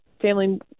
family